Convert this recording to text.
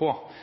en